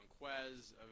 Quez